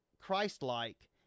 Christ-like